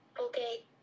Okay